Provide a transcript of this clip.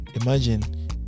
imagine